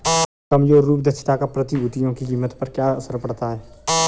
कमजोर रूप दक्षता का प्रतिभूतियों की कीमत पर क्या असर पड़ता है?